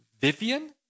Vivian